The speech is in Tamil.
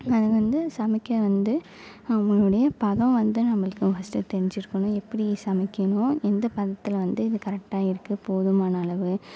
அது வந்து சமைக்க வந்து நம்மளோடைய பதம் வந்து நம்மளுக்கு ஃபர்ஸ்ட்டு தெரிஞ்சிருக்கணும் எப்படி சமைக்கணும் எந்த பதத்தில் வந்து இது கரெட்டாக இருக்கு போதுமான அளவு